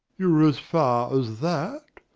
you were as far as that?